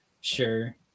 sure